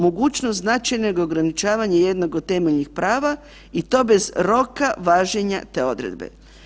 Mogućnost značajna nego ograničavanje jednog od temeljnih prava i to bez roka važenja te odredbe.